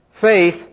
Faith